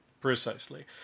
Precisely